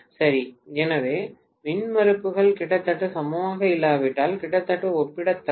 சரி எனவே மின்மறுப்புகள் கிட்டத்தட்ட சமமாக இல்லாவிட்டால் கிட்டத்தட்ட ஒப்பிடத்தக்கது